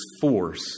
force